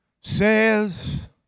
says